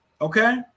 Okay